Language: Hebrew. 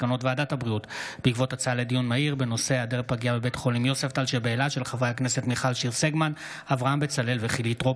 התשפ"ד 2023, מאת חבר הכנסת רון כץ,